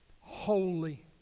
holy